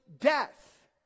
death